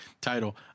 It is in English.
title